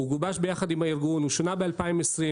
הוא גובש יחד עם הארגון, הוא שונה ב-2020.